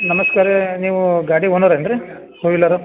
ನಮಸ್ಕಾರ ನೀವೂ ಗಾಡಿ ಓನರ್ ಏನು ರೀ ಟು ವೀಲರು